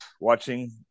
watching